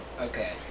Okay